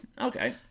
okay